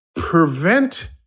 prevent